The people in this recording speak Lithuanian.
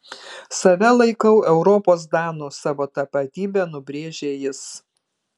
save laikau europos danu savo tapatybę nubrėžė jis